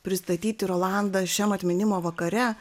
pristatyti rolandą šiam atminimo vakare